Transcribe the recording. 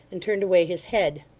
and turned away his head.